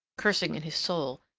cursing in his soul,